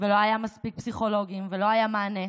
ולא היו מספיק פסיכולוגים, ולא היה מענה.